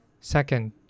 Second